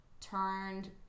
turned